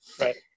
right